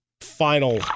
final